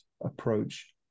approach